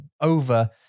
over